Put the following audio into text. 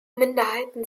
minderheiten